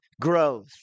growth